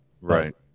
Right